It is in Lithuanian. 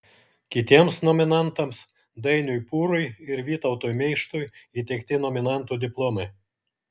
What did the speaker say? kitiems nominantams dainiui pūrui ir vytautui meištui įteikti nominantų diplomai